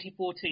2014